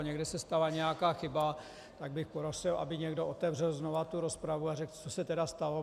Někde se stala nějaká chyba, tak bych prosil, aby někdo otevřel znovu rozpravu a řekl, co se stalo.